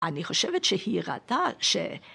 ‫אני חושבת שהיא ראתה ש...